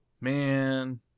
Man